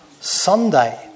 Sunday